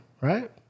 Right